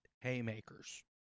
haymakers